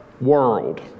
world